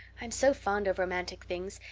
i am so fond of romantic things,